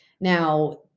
Now